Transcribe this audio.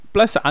Plus